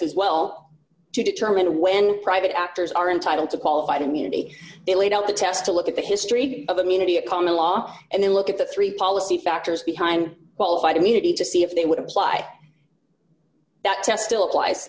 as well to determine when private actors are entitled to qualified immunity they laid out the test to look at the history of immunity a common law and then look at the three policy factors behind qualified immunity d to see if they would apply that